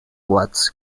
watch